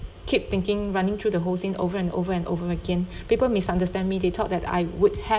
keep thinking running through the whole scene over and over and over again people misunderstand me they thought that I would have